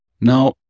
Now